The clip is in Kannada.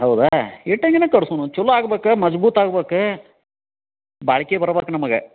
ಹೌದಾ ಇಟ್ಗೆನೇ ಕಟ್ಸೋಣು ಚಲೋ ಆಗ್ಬೇಕ ಮಜ್ಬೂತು ಆಗ್ಬೇಕ ಬಾಳ್ಕೆ ಬರ್ಬೇಕು ನಮ್ಗೆ